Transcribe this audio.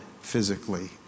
physically